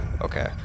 okay